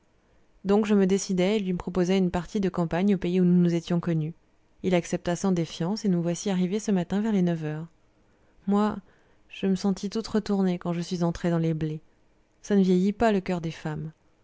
donc je me décidai et je lui proposai une partie de campagne au pays où nous nous étions connus il accepta sans défiance et nous voici arrivés ce matin vers les neuf heures moi je me sentis toute retournée quand je suis entrée dans les blés ça ne vieillit pas le coeur des femmes